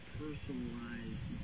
personalized